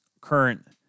current